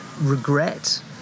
regret